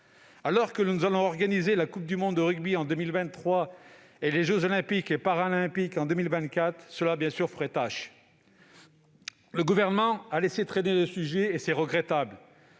Alors que nous allons organiser la coupe du monde de rugby en 2023 et les jeux Olympiques et Paralympiques en 2024, cela ferait tache ! Le Gouvernement a laissé traîner le sujet, ce qui est regrettable.